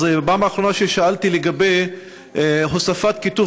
אז בפעם האחרונה ששאלתי לגבי הוספת כיתוב